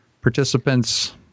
participants